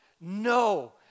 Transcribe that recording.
No